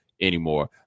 anymore